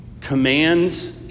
Commands